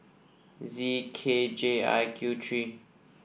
Z K J I Q three